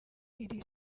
iri